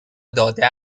داده